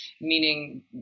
meaning